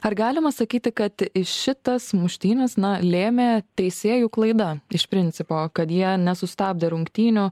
ar galima sakyti kad į šitas muštynes na lėmė teisėjų klaida iš principo kad jie nesustabdė rungtynių